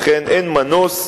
לכן אין מנוס,